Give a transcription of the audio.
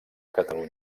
catalunya